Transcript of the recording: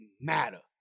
matter